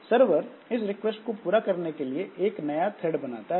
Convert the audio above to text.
server इस request को पूरा करने के लिए एक नया थ्रेड बनाता है